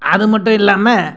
அது மட்டும் இல்லாமல்